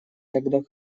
тогда